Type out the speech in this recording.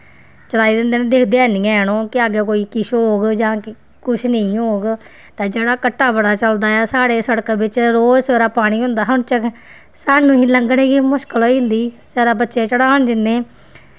चलाई दिंदे न दिखदे हैनी हैन कि कुछ होग कुछ नेईं होग ते जेह्ड़ा घट्टा बड़ा चलदा ऐ साढ़े सड़क बिच्च रोज सवेरे पानी होंदा हा रोज़ सानूं लंघने गी मुश्कल होई जंदी सवेरे बच्चे चढ़ान जन्ने